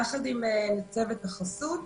יחד עם צוות החסות,